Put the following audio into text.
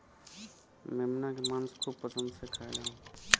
मेमना के मांस खूब पसंद से खाएलन